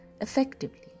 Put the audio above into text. effectively